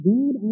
God